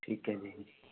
ਠੀਕ ਐ ਜੀ